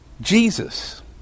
Jesus